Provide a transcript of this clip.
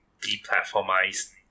deplatformized